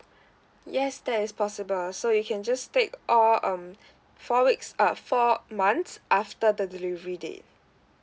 yes that is possible so you can just take all um four weeks uh four months after the delivery date